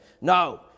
No